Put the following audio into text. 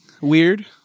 Weird